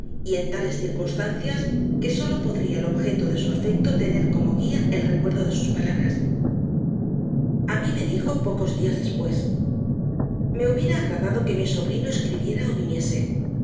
y en tales circunstancias que sólo podría el objeto de su afecto tener como guía el recuerdo de sus palabras a mí me dijo pocos días después me hubiera agradado que mi sobrino escribiera o viniese